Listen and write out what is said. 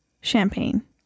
Champagne